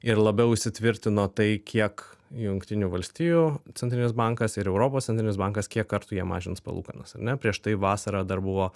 ir labiau įsitvirtino tai kiek jungtinių valstijų centrinis bankas ir europos centrinis bankas kiek kartų jie mažins palūkanas ar ne prieš tai vasarą dar buvo